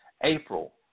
April